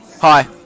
Hi